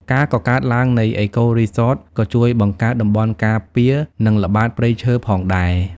ការកកើតឡើងនៃ អេកូរីសតក៏ជួយបង្កើតតំបន់ការពារនិងល្បាតព្រៃឈើផងដែរ។